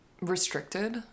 restricted